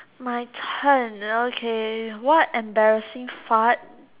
my turn okay what embarrassing fart